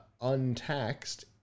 untaxed